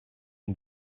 and